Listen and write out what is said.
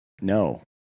no